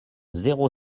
zéro